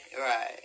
right